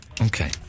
Okay